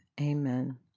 Amen